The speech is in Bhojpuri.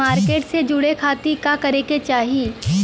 मार्केट से जुड़े खाती का करे के चाही?